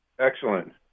Excellent